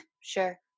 sure